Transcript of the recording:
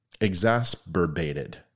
Exasperated